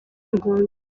impunzi